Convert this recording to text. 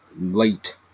late